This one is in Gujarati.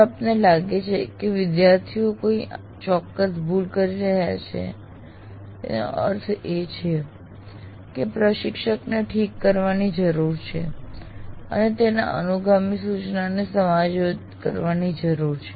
જો આપને લાગે કે ઘણા વિદ્યાર્થીઓ કોઈ ચોક્કસ ભૂલ કરી રહ્યા છે તેનો અર્થ એ છે કે પ્રશિક્ષકને ઠીક કરવાની જરૂર છે અને તેની અનુગામી સૂચનાને સમાયોજિત કરવાની જરૂર છે